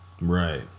Right